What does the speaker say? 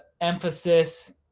emphasis